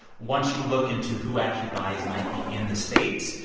once you look into who actually buys nike in the states,